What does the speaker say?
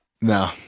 No